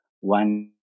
One